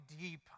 deep